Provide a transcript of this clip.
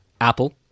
Apple